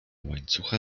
łańcucha